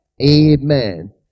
Amen